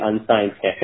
unscientific